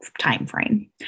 timeframe